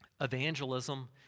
evangelism